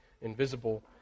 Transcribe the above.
invisible